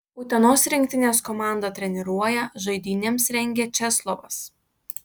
utenos rinktinės komandą treniruoja žaidynėms rengia česlovas